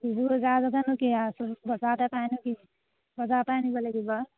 বিহুৰ যা যোগাৰনো কি আৰু চব বজাৰতে পায় নো কি বজাৰৰপৰাই আনিব লাগিব